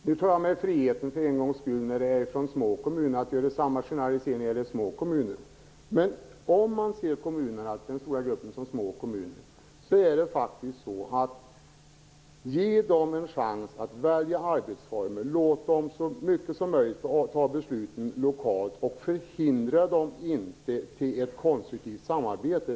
Nu tar jag mig för en gång skull friheten att göra samma generaliseringar när det gäller små kommuner. Ge den stora gruppen av små kommuner en chans att välja arbetsformer. Låt dem så mycket som möjligt fatta besluten lokalt och förhindra dem inte till ett konstruktivt samarbete.